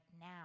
now